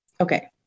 Okay